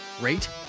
rate